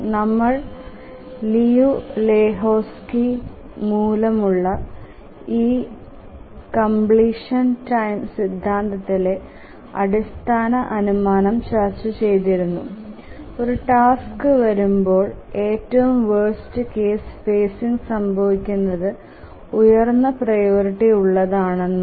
നമ്മൾ Liu Lehoczky മൂലമുള്ള ഈ കംപ്ലീഷൻ ടൈം സിദ്ധാന്തത്തിലെ അടിസ്ഥാന അനുമാനം ചർച്ച ചെയ്തിരുന്നു ഒരു ടാസ്ക് വരുമ്പോൾ ഏറ്റവും വേർസ്റ് കേസ് ഫേസിങ് സംഭവിക്കുന്നത് ഉയർന്ന പ്രിയോറിറ്റിയുള്ളതാണെന്നാണ്